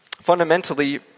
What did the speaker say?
Fundamentally